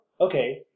Okay